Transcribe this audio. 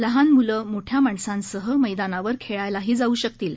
लहान मुलं मोठ्या माणसांसह मैदानावर खेळायलाही जाऊ शकतील